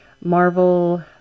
marvel